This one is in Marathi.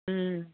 हं